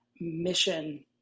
mission